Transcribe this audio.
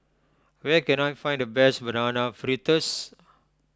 where can I find the best Banana Fritters